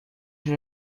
sus